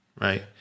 right